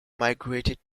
migrated